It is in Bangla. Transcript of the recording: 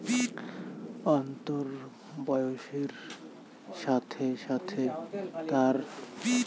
তন্তুর বয়সের সাথে সাথে তার দৌর্বল্য সমানুপাতিক